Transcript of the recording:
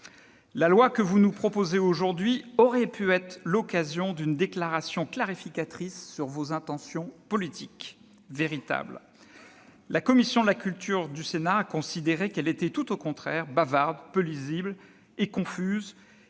La loi que vous nous proposez aujourd'hui aurait pu être l'occasion d'une déclaration clarificatrice sur vos intentions politiques véritables. La commission de la culture du Sénat a considéré qu'elle était, tout au contraire, bavarde, peu lisible et confuse.